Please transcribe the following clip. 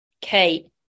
Kate